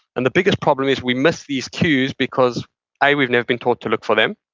and the biggest problem is we miss these cues because a, we've never been taught to look for them,